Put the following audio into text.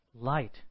Light